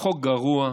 חוק גרוע,